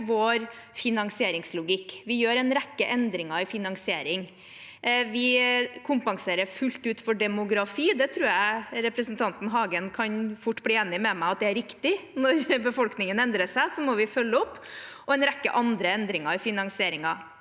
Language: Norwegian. spørretime 2701 ringer i finansieringen. Vi kompenserer fullt ut for demografi; det tror jeg representanten Hagen fort kan bli enig med meg i at er riktig. Når befolkningen endrer seg, må vi følge opp. Det er også en rekke andre endringer i finansieringen.